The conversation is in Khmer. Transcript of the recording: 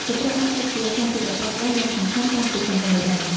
កន្ត្រក បានក្លាយជាសម្ភារៈប្រើប្រាស់យ៉ាងសំខាន់តាំងពីសម័យបុរាណ។